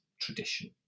tradition